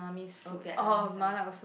oh Vietnamese ah